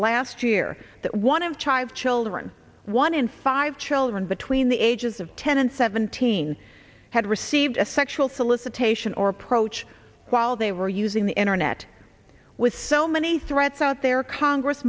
last year that one of child children one in five children between the ages of ten and seventeen had received a sexual solicitation or approach while they were using the internet with so many threats out there congress